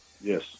Yes